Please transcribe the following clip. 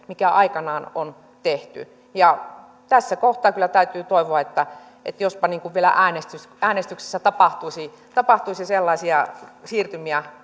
mikä aikanaan on tehty tässä kohtaa kyllä täytyy toivoa että että jospa vielä äänestyksessä äänestyksessä tapahtuisi tapahtuisi sellaisia siirtymiä